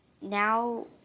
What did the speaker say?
now